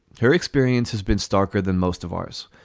her experience has been starker than most of ours.